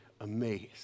amazed